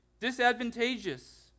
disadvantageous